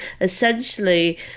essentially